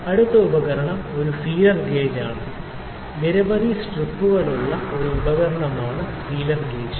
അടുത്ത ഉപകരണം ഒരു ഫീലർ ഗേജ് ആണ് നിരവധി സ്ട്രിപ്പുകളുള്ള ഒരു ഉപകരണമാണ് ഫീലർ ഗേജ്